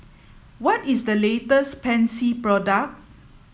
what is the latest Pansy product